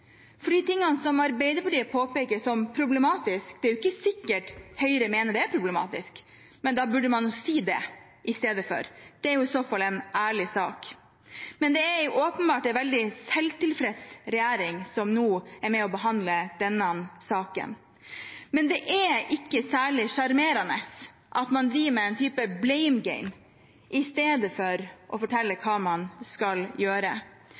for det som Arbeiderpartiet påpeker som problematisk, er det ikke sikkert Høyre mener er problematisk. Men da burde man si det i stedet, det er i så fall en ærlig sak. Det er åpenbart en veldig selvtilfreds regjering som nå er med og behandler denne saken. Men det er ikke særlig sjarmerende å drive med en type «blame game» istedenfor å fortelle hva man skal gjøre.